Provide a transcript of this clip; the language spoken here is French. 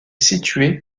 située